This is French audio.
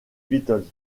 beatles